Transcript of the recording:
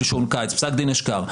פסק דין אשקר.